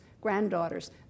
granddaughters